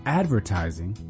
advertising